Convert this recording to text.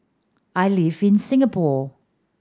I live in Singapore